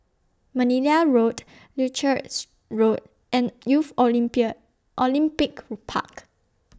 Manila Road Leuchars Road and Youth Olympia Olympic Park